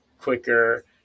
quicker